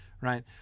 Right